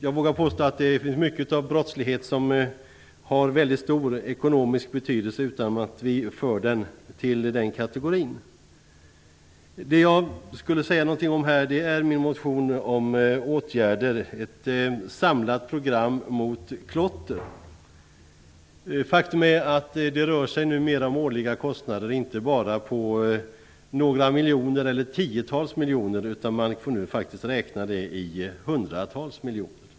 Jag vågar påstå att det finns mycket brottslighet som har väldigt stor ekonomisk betydelse utan att den för den skull förs till nämnda kategori. Jag vill alltså säga några ord om min motion om behovet av ett samlat program mot klotter. Faktum är att det numera rör sig om en årlig kostnad inte av några miljoner eller tiotals miljoner kronor utan av hundratals miljoner.